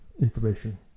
information